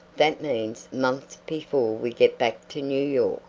that means months before we get back to new york.